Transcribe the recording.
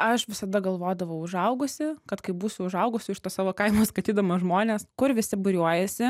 aš visada galvodavau užaugusi kad kai būsiu užaugus jau iš to savo kaimo skaitydama žmones kur visi buriuojasi